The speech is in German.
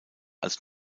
als